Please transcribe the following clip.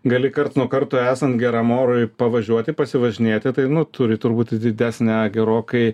gali karts nuo karto esant geram orui pavažiuoti pasivažinėti tai nu turi turbūt didesnę gerokai